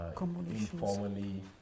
informally